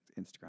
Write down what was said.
Instagram